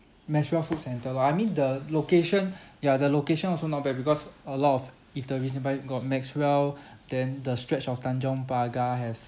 maxwell food centre lor I mean the location ya the location also not bad because a lot of eateries nearby got maxwell then the stretch of tanjong pagar have